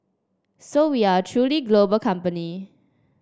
so we are a truly global company